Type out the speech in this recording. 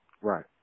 Right